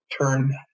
turn